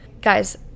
Guys